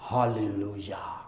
Hallelujah